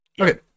Okay